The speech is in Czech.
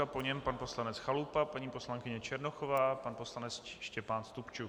Po něm pan poslanec Chalupa, paní poslankyně Černochová, pan poslanec Štěpán Stupčuk.